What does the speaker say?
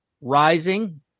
rising